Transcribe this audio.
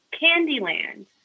Candyland